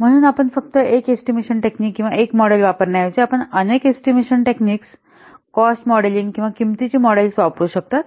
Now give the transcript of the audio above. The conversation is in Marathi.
म्हणूनच आपण फक्त एक एस्टिमेशन टेक्निक किंवा एक मॉडेल वापरण्याऐवजी आपण अनेक एस्टिमेशन टेक्निक कॉस्ट मॉडेलिंग किंवा किंमतीची मॉडेल्स वापरू शकता